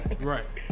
Right